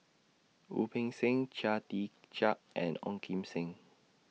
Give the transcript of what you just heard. Wu Peng Seng Chia Tee Chiak and Ong Kim Seng